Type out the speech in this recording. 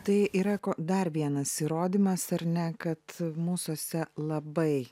tai yra ko dar vienas įrodymas ar ne kad mūsuose labai